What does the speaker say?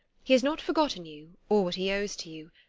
he has not forgotten you or what he owes to you.